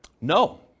No